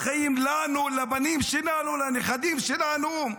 חיים לנו, לבנים שלנו, לנכדים שלנו,